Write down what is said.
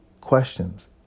questions